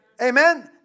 Amen